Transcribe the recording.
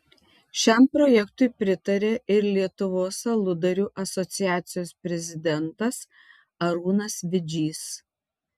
šiam projektui pritaria ir lietuvos aludarių asociacijos prezidentas arūnas vidžys